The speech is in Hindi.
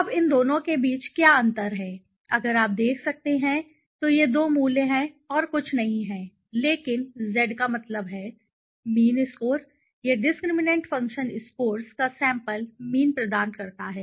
अब इन दोनों के बीच क्या अंतर है अगर आप देख सकते हैं तो ये दो मूल्य और कुछ नहीं है लेकिन Z का मतलब है मीन स्कोर यह डिस्क्रिमिनैंट फ़ंक्शन स्कोर्स का सैंपल मीन प्रदान करता है